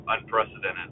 unprecedented